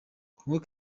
congo